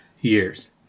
years